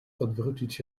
odwrócić